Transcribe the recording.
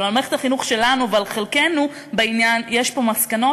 אבל על מערכת החינוך שלנו ועל חלקנו בעניין יש פה מסקנות